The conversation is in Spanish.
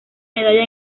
medalla